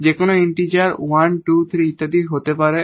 যে কোনও ইন্টিজার 1 2 3 ইত্যাদি হতে পারে